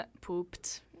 pooped